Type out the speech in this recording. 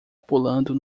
pulando